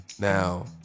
now